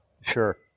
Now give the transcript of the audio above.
Sure